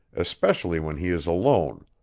especially when he is alone.